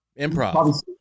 improv